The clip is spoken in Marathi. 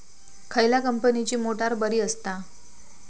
खयल्या कंपनीची मोटार बरी असता?